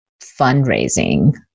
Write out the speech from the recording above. fundraising